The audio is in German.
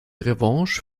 revanche